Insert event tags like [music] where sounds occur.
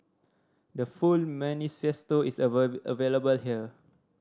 the full manifesto is [unintelligible] available here